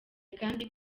kandi